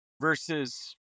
versus